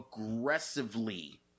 aggressively